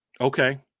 Okay